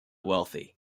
wealthy